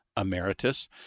emeritus